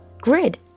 Grid